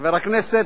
חבר הכנסת,